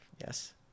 Yes